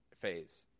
phase